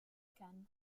cannes